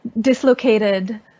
dislocated